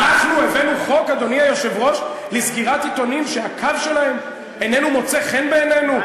אנחנו הבאנו חוק לסגירת עיתונים שהקו שלהם איננו מוצא חן בעינינו?